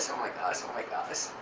so my gosh, oh my gosh.